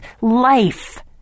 Life